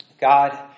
God